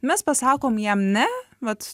mes pasakom jam ne vat